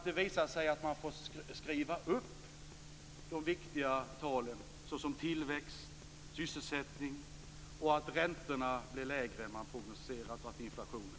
Det visar sig att man får skriva upp de viktiga talen för tillväxt och sysselsättning och att räntor och inflation blir lägre än vad som prognostiserats.